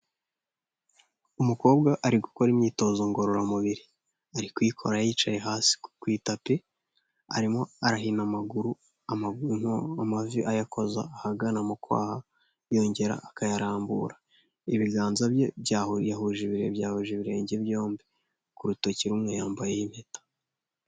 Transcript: Umukobwa ari gukora imyitozo ngororamubiri, ari kuyikora yicaye hasi ku itapi arimo arahina amaguru yo mu mavi ayakoza ahagana mu kwaha yongera akayarambura, ibiganza bye byahuje ibirenge byombi ku rutoki rumwe yambaye impeta.